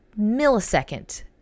millisecond